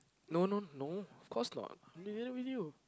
no no no of course not video